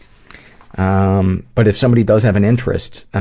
um but if somebody does have an interest,